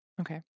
Okay